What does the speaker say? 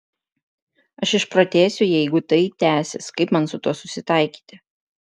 aš išprotėsiu jeigu tai tęsis kaip man su tuo susitaikyti